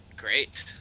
Great